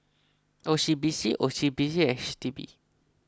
O C B C O C B C H D B